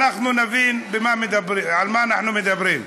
כדי שנבין על מה אנחנו מדברים.